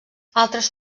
altres